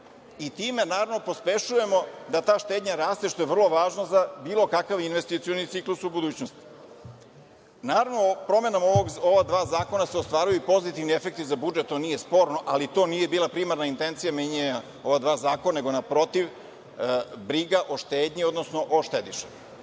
i time, naravno, pospešujemo da ta štednja raste, što je vrlo važno za bilo kakav investicioni ciklus u budućnosti. Naravno, promenom ova dva zakona se ostvaruju i pozitivni efekti za budžet, to nije sporno, ali to nije bila primarna intencija menjanja ova dva zakona, nego naprotiv, briga o štednji, odnosno o štedišama. Na